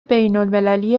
بینالمللی